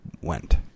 went